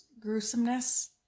gruesomeness